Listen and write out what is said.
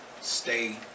stay